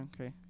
okay